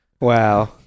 Wow